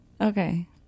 Okay